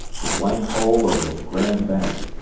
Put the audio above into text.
the blank hole of the grand bank.